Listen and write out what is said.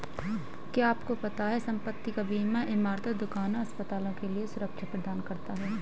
क्या आपको पता है संपत्ति का बीमा इमारतों, दुकानों, अस्पतालों के लिए सुरक्षा प्रदान करता है?